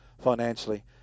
financially